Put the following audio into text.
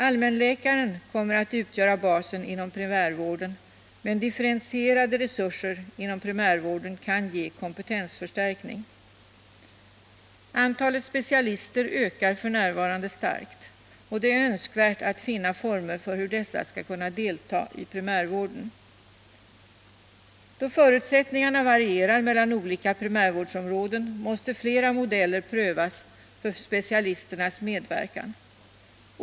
Allmänläkaren kommer att utgöra basen inom primärvården, men differentierade resurser inom primärvården kan ge kompetensförstärkning. Antalet specialister ökar f. n. starkt. Det är önskvärt att finna former för hur dessa skall kunna delta i primärvården. Då förutsättningarna varierar mellan olika primärvårdsområden, måste flera modeller prövas för specialisternas medverkan i primärvården.